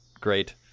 great